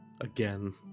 Again